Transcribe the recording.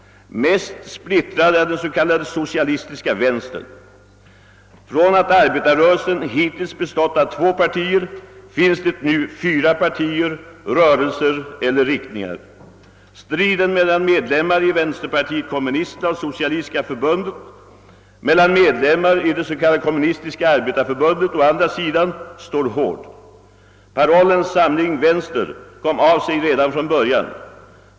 Mest splittrad är den s.k. socialistiska vänstern. Från att arbetarrörelsen hittills bestått av två partier, finns det nu fyra partier, rörelser eller riktningar. Striden mellan medlemmar i vänsterpartiet kommunisterna och socialistiska förbundet, mellan medlemmar i vänsterpartiet kommunisterna och det socialistiska förbundet å ena sidan och medlemmarna i det s.k. kommunistiska arbetarförbundet å andra sidan, står hård. Parollen »samling vänster» kom av sig redan från början.